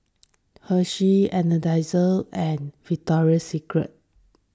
Hersheys Energizer and Victoria Secret